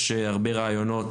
יש הרבה רעיונות,